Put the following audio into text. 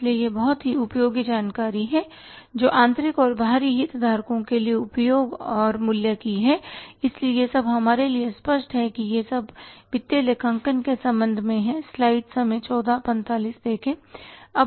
इसलिए यह बहुत उपयोगी जानकारी है जो आंतरिक और बाहरी हितधारकों के लिए उपयोग और मूल्य की है इसलिए यह सब हमारे लिए स्पष्ट है कि यह सब वित्तीय लेखांकन के संबंध में है